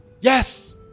Yes